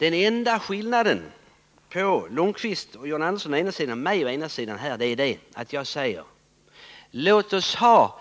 Den enda skillnaden mellan å ena sidan Svante Lundkvist och John Andersson och å andra sidan mig är att jag säger: Låt oss ha